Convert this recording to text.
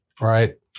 Right